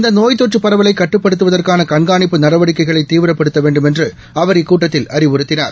இந்த நோய் தொற்று பரவலை கட்டுப்படுத்துவதற்கான கண்காணிப்பு நடவடிக்கைகளை தீவிரப்படுத்த வேண்டுமென்று அவர் இக்கூட்டத்தில் அறேிவுறுத்தினார்